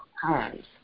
times